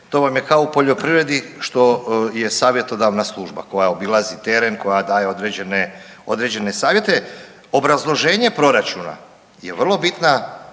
to vam je kao u poljoprivredi, što je savjetodavna služba koja obilazi teren, koja daje određene savjete. Obrazloženje proračuna je vrlo bitna